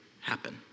happen